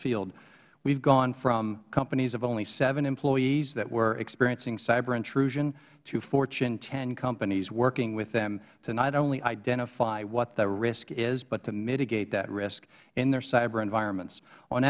field we have gone to companies of only seven employees that were experiencing cyber intrusion to fortune ten companies working with them to not only identify what the risk is but to mitigate that risk in their cyber environments on